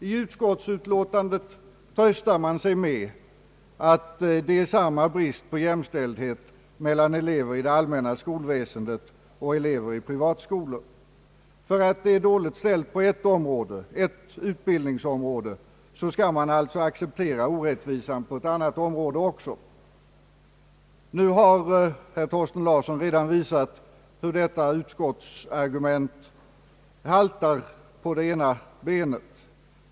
I utskottsutlåtandet tröstar man sig med att det råder samma brist på jämställdhet mellan elever i det allmänna skolväsendet och elever i privatskolor. För att det är dåligt ställt på ett utbildningsområde, skall vi alltså acceptera orättvisan på ett annat område också. Nu har herr Thorsten Larsson redan visat hur detta utskottsargument haltar på det ena benet.